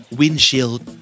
windshield